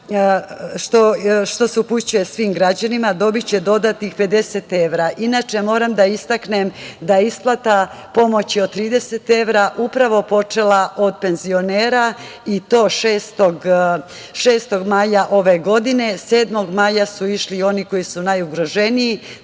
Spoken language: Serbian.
što ide svakom građaninu, dobiće dodatnih 50 evra. Inače, moram da istaknem da je isplata pomoći od 30 evra upravo počela od penzionera, i to 6. maja o.g, a 7. maja su išli oni koji su najugroženiji,